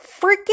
freaking